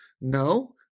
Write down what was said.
No